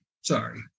Sorry